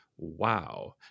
wow